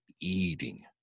eating